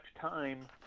time